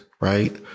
right